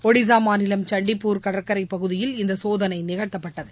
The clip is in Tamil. ஒடிசா மாநிலம் சந்திப்பூர் கடற்கரை பகுதியில் இந்த சோதனை நிகழ்த்தப்பட்டது